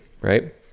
right